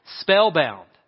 spellbound